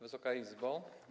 Wysoka Izbo!